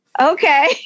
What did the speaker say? okay